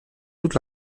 toute